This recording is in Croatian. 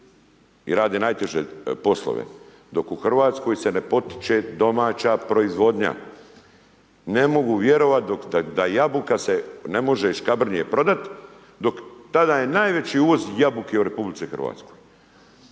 i rade najteže poslove. Dok u Hrvatskoj se ne potiče domaća proizvodnja. Ne mogu vjerovat da jabuka se ne može iz Škrabinje prodat, dok tada je najveći uvoz jabuke u RH. A mi se ovdje